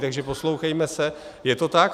Takže poslouchejme se, je to tak.